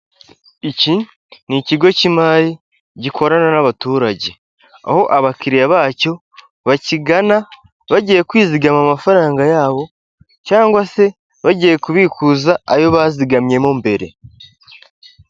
Iki ni ikigo cy'imari gikorana n'abaturage, aho abakiliya bacyo bakigana bagiye kwizigama amafaranga yabo cyangwa se bagiye kubikuza ayo bazigamyemo mbere.